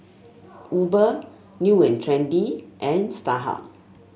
Uber New And Trendy and Starhub